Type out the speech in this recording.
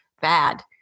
bad